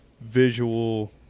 visual